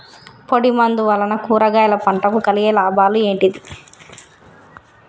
పొడిమందు వలన కూరగాయల పంటకు కలిగే లాభాలు ఏంటిది?